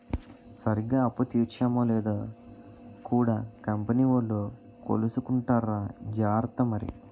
సరిగ్గా అప్పు తీర్చేమో లేదో కూడా కంపెనీ వోలు కొలుసుకుంటార్రా జార్త మరి